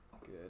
good